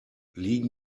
liegen